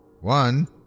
One